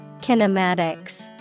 Kinematics